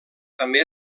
també